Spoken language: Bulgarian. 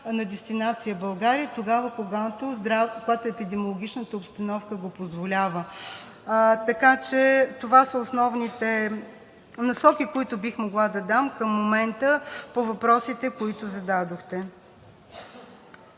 на дестинация България, тогава, когато епидемиологичната обстановка го позволява. Така че това са основните насоки, които бих могла да дам към момента по въпросите, които зададохте.